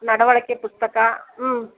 ನಡವಳಿಕೆ ಪುಸ್ತಕ ಹ್ಞೂ